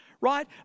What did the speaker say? Right